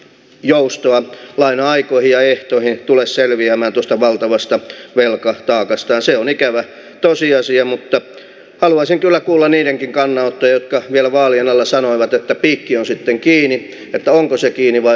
joustoa laina aikoja ehtoihin tulee selviämään tuosta valtavasta velkataakastaan se on ikävä tosiasia mutta haluaisin kyllä kuulla niiden kannalta jotka vielä vaalien alla sanoivat että piikki on sitten kiinni että onko se kiinni vai